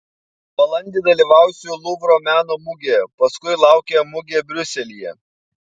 balandį dalyvausiu luvro meno mugėje paskui laukia mugė briuselyje